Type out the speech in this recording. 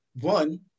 one